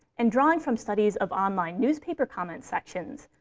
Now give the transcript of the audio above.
and drawing from studies of online newspaper comments sections,